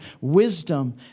wisdom